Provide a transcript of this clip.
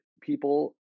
people